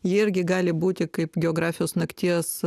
jie irgi gali būti kaip geografijos nakties